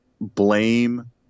blame